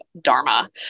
dharma